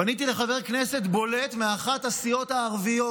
פניתי לחבר כנסת בולט מאחת הסיעות הערביות